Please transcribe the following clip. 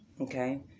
Okay